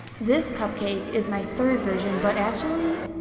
this cupcake is my third version, but actually,